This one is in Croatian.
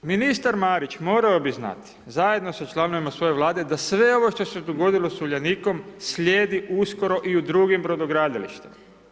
Ministar Marić morao bi znati zajedno sa članovima svoje Vlade, da sve ovo što se dogodilo sa Uljanikom, slijedi uskoro i u drugim brodogradilištima.